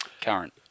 current